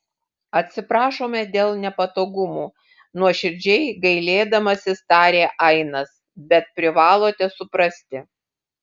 atsiprašome dėl nepatogumų nuoširdžiai gailėdamasis tarė ainas bet privalote suprasti